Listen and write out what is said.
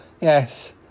Yes